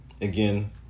again